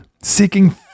Seeking